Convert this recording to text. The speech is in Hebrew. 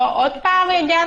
אולי תמציאו לנו